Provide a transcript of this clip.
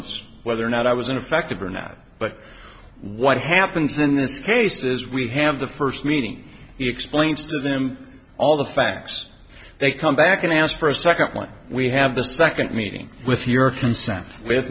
determines whether or not i was ineffective burnett but what happens in this case is we have the first meeting he explains to them all the facts they come back and ask for a second when we have the second meeting with your consent with